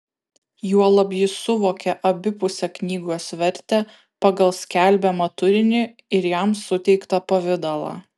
juolab jis suvokė abipusę knygos vertę pagal skelbiamą turinį ir jam suteiktą pavidalą